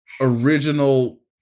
original